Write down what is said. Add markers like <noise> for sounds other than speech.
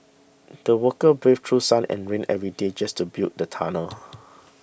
the workers braved through sun and rain every day just to build the tunnel <noise>